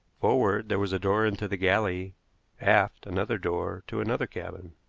forward, there was a door into the galley aft, another door to another cabin.